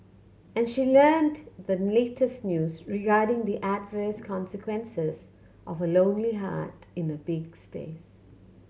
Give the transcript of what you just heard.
and she learnt the latest news regarding the adverse consequences of a lonely heart in a big space